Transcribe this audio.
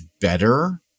better